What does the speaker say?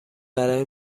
برای